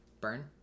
Burn